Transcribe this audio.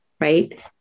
Right